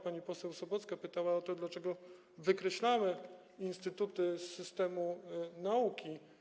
Pani poseł Sobecka pytała o to, dlaczego wykreślamy instytuty z systemu nauki.